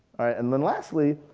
and then lastly,